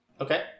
Okay